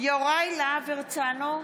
יוראי להב הרצנו,